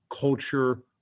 culture